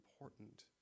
important